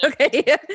okay